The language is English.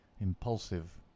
impulsive